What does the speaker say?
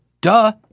Duh